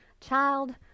Child